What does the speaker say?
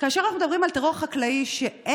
כאשר אנחנו מדברים על טרור חקלאי שאין